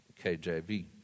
KJV